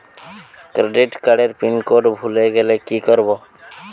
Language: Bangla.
ক্রেডিট কার্ডের পিনকোড ভুলে গেলে কি করব?